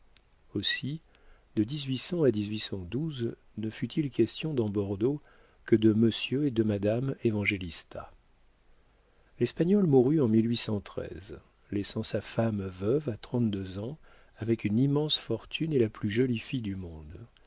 aussi de à ne fut-il question dans bordeaux que de monsieur et madame évangélista l'espagnol mourut en laissant sa femme veuve à trente-deux ans avec une immense fortune et la plus jolie fille du monde